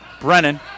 Brennan